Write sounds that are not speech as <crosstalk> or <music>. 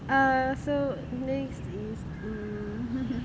err so next is hmm <laughs>